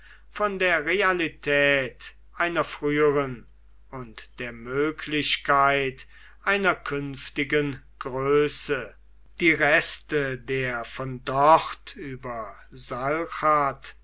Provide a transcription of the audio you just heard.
von der realität einer früheren und der möglichkeit einer künftigen größe die reste der von dort über